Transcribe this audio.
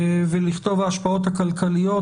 ולכתוב: "ההשפעות הכלכליות,